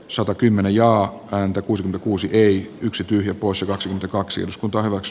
sota kymmenjaa häntä kuusi kuusi neljä yksi tyhjä poissa kaksi ja kaksi osku torro s